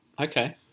okay